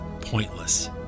pointless